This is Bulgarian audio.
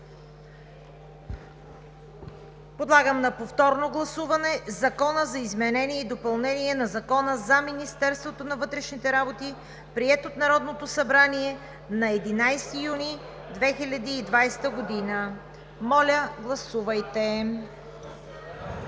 Подлагам на повторно гласуване Закона за изменение и допълнение на Закона за Министерството на вътрешните работи, приет от Народното събрание на 11 юни 2020 г. Гласували